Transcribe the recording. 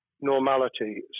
normality